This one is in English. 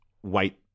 white